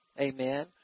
amen